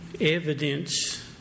evidence